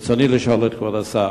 ברצוני לשאול את כבוד השר: